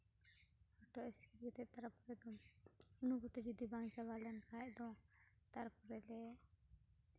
ᱦᱚᱴᱚᱜ ᱤᱥᱠᱤᱨ ᱠᱟᱛᱮᱫ ᱛᱟᱨᱯᱚᱨᱮ ᱫᱚ ᱚᱱᱟ ᱠᱚᱛᱮ ᱡᱩᱫᱤ ᱵᱟᱝ ᱪᱟᱵᱟ ᱞᱮᱱᱠᱷᱟᱱ ᱫᱚ ᱛᱟᱨᱯᱚᱨᱮ ᱞᱮ